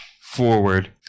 forward